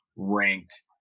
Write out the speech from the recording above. Ranked